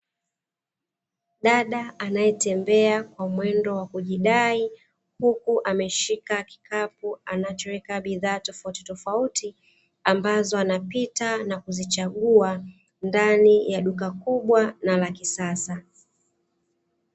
Dada anayetembea kwa mwendo wa kujidai, huku ameshika kikapu anachoweka bidhaa tofauti tofauti ambazo anapita na kuzichagua ndani ya duka kubwa na la kisasa.